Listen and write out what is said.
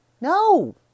no